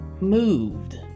moved